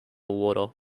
water